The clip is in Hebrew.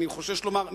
אני חושש לומר,